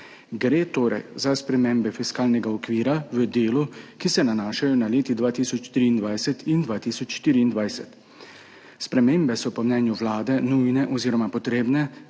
Gre torej za spremembe fiskalnega okvira v delu, ki se nanaša na leti 2023 in 2024. Spremembe so po mnenju Vlade nujne oziroma potrebne,